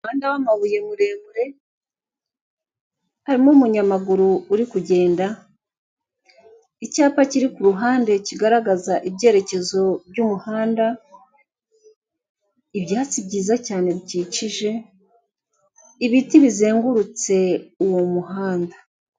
Umuhanda w'amabuye muremure, harimo umunyamaguru uri kugenda, icyapa kiri ku ruhande kigaragaza ibyerekezo by'umuhanda, ibyatsi byiza cyane byikije, ibiti bizengurutse uwo muhanda.